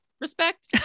Respect